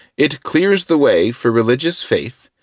it clear the way for religious faith,